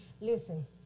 Listen